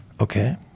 Okay